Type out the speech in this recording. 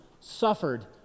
suffered